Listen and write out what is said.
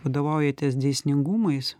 vadovaujatės dėsningumais